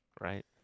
right